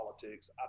politics